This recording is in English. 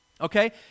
okay